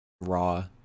Raw